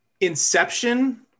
Inception